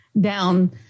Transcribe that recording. down